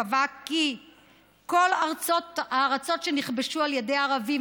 קבע כי כל הארצות שנכבשו על ידי ערבים,